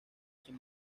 sin